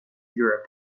europe